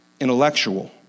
intellectual